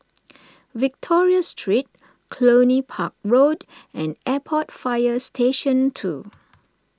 Victoria Street Cluny Park Road and Airport Fire Station two